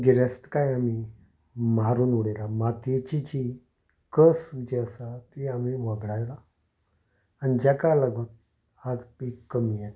गिरेस्तकाय आमी मारून उडयल्या मातयेची जी कस जी आसा ती आमी वगडायला आनी जाका लागून आयज पीक कमी येता